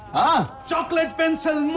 ah chocolate pencils.